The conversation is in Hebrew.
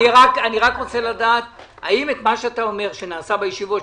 אני רק רוצה לדעת האם את מה שאתה אומר שנעשה בישיבות,